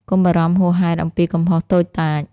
កុំបារម្ភហួសហេតុអំពីកំហុសតូចតាច។